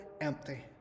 empty